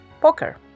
poker